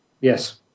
Yes